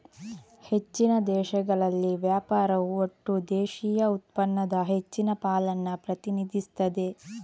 ಹೆಚ್ಚಿನ ದೇಶಗಳಲ್ಲಿ ವ್ಯಾಪಾರವು ಒಟ್ಟು ದೇಶೀಯ ಉತ್ಪನ್ನದ ಹೆಚ್ಚಿನ ಪಾಲನ್ನ ಪ್ರತಿನಿಧಿಸ್ತದೆ